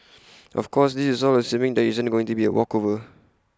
of course this is all assuming there isn't going to be A walkover